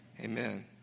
amen